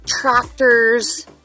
tractors